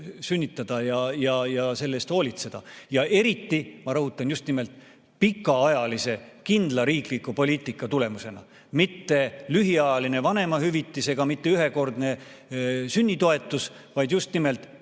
sünnitada ja selle eest hoolitseda. Eriti ma rõhutan, et seda just nimelt pikaajalise kindla riikliku poliitika tulemusena. Mitte lühiajaline vanemahüvitis ega ühekordne sünnitoetus, vaid just nimelt